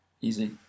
Easy